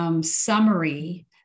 summary